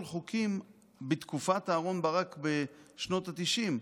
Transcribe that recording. חוקים בתקופת אהרן ברק בשנות התשעים.